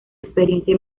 experiencia